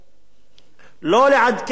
לא לעדכן שכר מינימום,